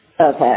okay